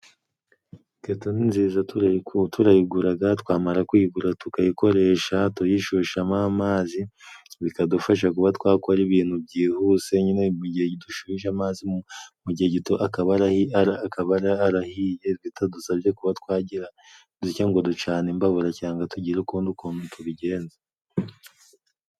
Keto ni nziza tura turayiguraga, twamara kuyigura tukayikoresha tuyishushamo amazi bikadufasha kuba twakora ibintu byihuse nyine mu gihe dushuhije amazi mu gihe gito akaba arahiye bitadusabye kuba twagira dutya ngo ducane imbabura cyangwa tugire ukundi ukuntu tubigenza.